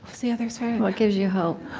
was the other? sorry what gives you hope?